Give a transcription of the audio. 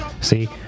See